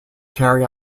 carry